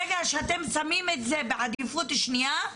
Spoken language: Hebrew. ברגע שאתם שמים את זה בעדיפות שנייה,